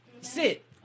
sit